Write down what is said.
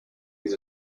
his